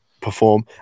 perform